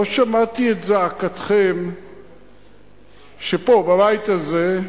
לא שמעתי את זעקתכם כשפה, בבית הזה,